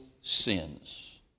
sins